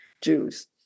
Jews